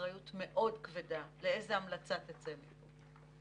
באחריות מאוד כבדה לאיזה המלצה תצא מפה.